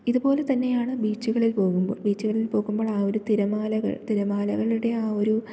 ഇതുപോലെ തന്നെയാണ് ബീച്ചുകളിൽ പോകുമ്പോള് ബീച്ചുകളിൽ പോകുമ്പോൾ ആ ഒരു തിരമാലകൾ തിരമാലകളുടെ ആ ഒരു